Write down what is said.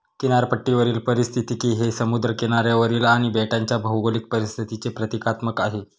किनारपट्टीवरील पारिस्थितिकी हे समुद्र किनाऱ्यावरील आणि बेटांच्या भौगोलिक परिस्थितीचे प्रतीकात्मक आहे